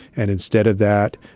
and instead of that,